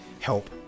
help